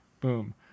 boom